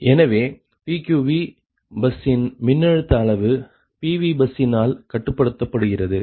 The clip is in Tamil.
எனவே PQV பஸ்ஸின் மின்னழுத்த அளவு PV பஸ்ஸினால் கட்டுப்படுத்தப்படுகிறது